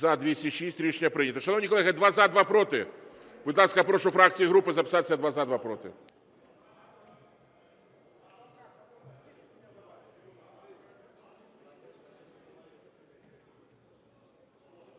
За-206 Рішення прийнято. Шановні колеги, два – за, два – проти? Будь ласка, прошу фракції і групи записатись: два – за, два – проти.